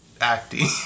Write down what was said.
acting